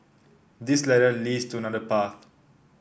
this ladder leads to another path